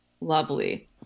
Lovely